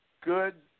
Good